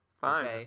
Fine